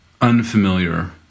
unfamiliar